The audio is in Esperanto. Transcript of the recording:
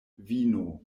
vino